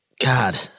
God